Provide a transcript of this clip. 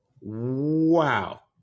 Wow